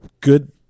good